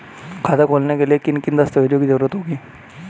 खाता खोलने के लिए किन किन दस्तावेजों की जरूरत होगी?